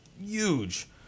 huge